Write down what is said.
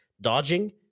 Dodging